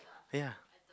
ya